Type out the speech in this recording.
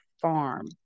farm